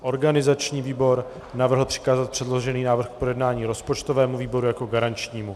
Organizační výbor navrhl přikázat předložený návrh k projednání rozpočtovému výboru jako garančnímu.